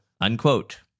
Unquote